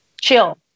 chill